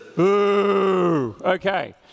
Okay